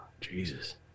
Jesus